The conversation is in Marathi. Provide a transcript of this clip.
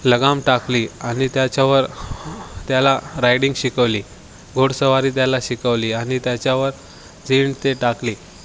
लगाम टाकली आणि त्याच्यावर त्याला रायडिंग शिकवली घोडेस्वारी त्याला शिकवली आणि त्याच्यावर जीन ते टाकली